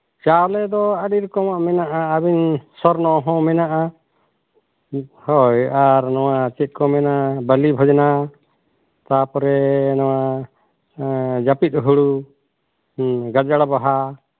ᱪᱟᱣᱞᱮ ᱫᱚ ᱟᱹᱰᱤ ᱨᱚᱠᱚᱢᱟᱜ ᱢᱮᱱᱟᱜᱼᱟ ᱟᱹᱵᱤᱱ ᱥᱚᱨᱱᱚ ᱦᱚᱸ ᱢᱮᱱᱟᱜᱼᱟ ᱦᱳᱭ ᱟᱨ ᱱᱚᱣᱟ ᱪᱮᱫ ᱠᱚ ᱢᱮᱱᱟ ᱵᱟᱞᱤᱵᱷᱡᱽᱱᱟ ᱛᱟᱯᱚᱨᱮ ᱱᱚᱣᱟ ᱡᱟᱹᱯᱤᱫ ᱦᱩᱲᱩ ᱦᱩᱸ ᱜᱟᱡᱟᱲ ᱵᱟᱦᱟ